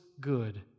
good